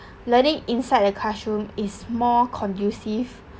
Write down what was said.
learning inside a classroom is more conducive